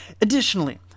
Additionally